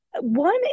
One